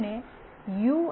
અને યુ